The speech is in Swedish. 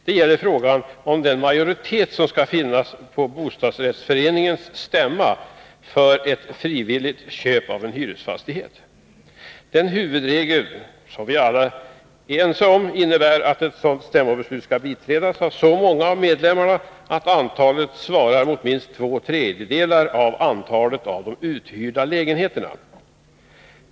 Det gäller frågan om den majoritet som skall finnas på bostadsrättsföreningens stämma för ett frivilligt köp av en hyresfastighet. Den huvudregel som vi alla är ense om innebär att ett sådant stämmobeslut skall biträdas av så många av medlemmarna att antalet svarar mot minst två tredjedelar av antalet av de uthyrda lägenheterna.